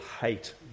hate